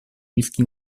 miski